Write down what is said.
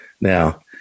Now